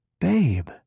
Babe